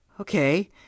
Okay